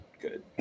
good